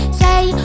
say